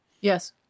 Yes